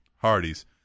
Hardys